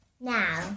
Now